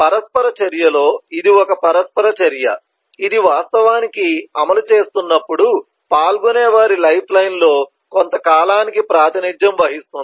పరస్పర చర్యలో ఇది ఒక పరస్పర చర్య ఇది వాస్తవానికి అమలు చేస్తున్నప్పుడు పాల్గొనేవారి లైఫ్లైన్లో కొంత కాలానికి ప్రాతినిధ్యం వహిస్తుంది